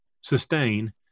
sustain